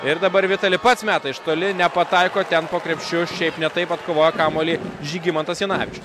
ir dabar vitali pats meta iš toli nepataiko ten po krepšiu šiaip ne taip atkovoja kamuolį žygimantas janavičius